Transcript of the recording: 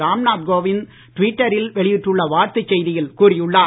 ராம்நாத் கோவிந்த் டிவிட்டரில் வெளியிட்டுள்ள வாழ்த்து செய்தியில் கூறியுள்ளார்